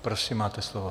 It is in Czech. Prosím, máte slovo.